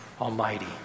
almighty